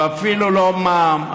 אפילו לא מע"מ.